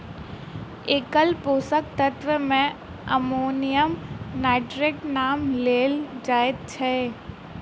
एकल पोषक तत्व मे अमोनियम नाइट्रेटक नाम लेल जाइत छै